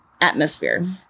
atmosphere